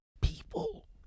people